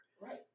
Right